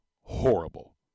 horrible